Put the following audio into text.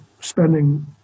spending